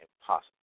impossible